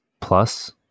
plus